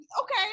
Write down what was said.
Okay